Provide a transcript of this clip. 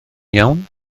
iawn